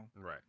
Right